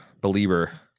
Believer